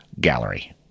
gallery